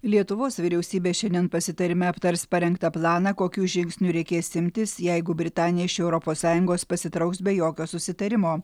lietuvos vyriausybė šiandien pasitarime aptars parengtą planą kokių žingsnių reikės imtis jeigu britanija iš europos sąjungos pasitrauks be jokio susitarimo